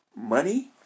money